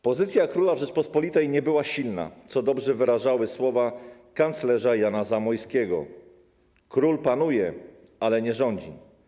Pozycja króla w Rzeczypospolitej nie była silna, co dobrze wyrażały słowa kanclerza Jana Zamojskiego: król panuje, ale nie rządzi.